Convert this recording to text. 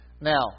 Now